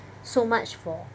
so much for